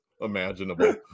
imaginable